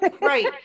right